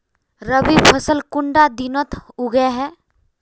रवि फसल कुंडा दिनोत उगैहे?